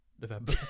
November